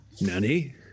Nanny